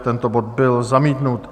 Tento bod byl zamítnut.